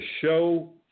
show